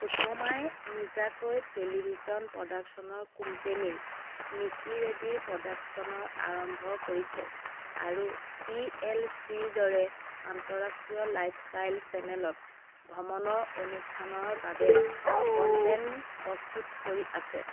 সুশমাই নিজাকৈ টেলিভিছন প্ৰডাকশ্যনৰ কোম্পেনী নিকি ৰেডি প্ৰডাকশ্যনৰ আৰম্ভ কৰিছে আৰু টি এল চিৰ দৰে আন্তৰাষ্ট্ৰীয় লাইফষ্টাইল চেনেলত ভ্ৰমণৰ অনুষ্ঠানৰ বাবে কন্টেন্ট প্ৰস্তুত কৰি আছে